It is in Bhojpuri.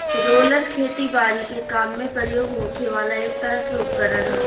रोलर खेती बारी के काम में प्रयोग होखे वाला एक तरह के उपकरण ह